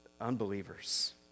unbelievers